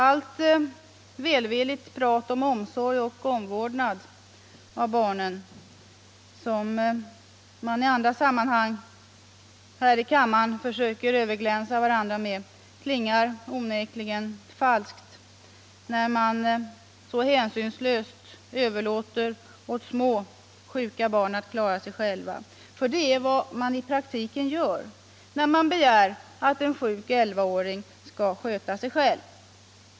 Allt välvilligt prat för omsorg och omvårdnad om barnen som man i andra sammanhang här i kammaren försöker överglänsa varandra med klingar onekligen falskt när man så hänsynslöst överlåter åt små sjuka barn att klara sig själva. För det är vad man i praktiken gör när man begär att en sjuk elvaåring skall sköta sig själv.